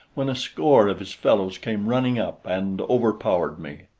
when a score of his fellows came running up and overpowered me.